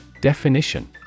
Definition